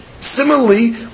Similarly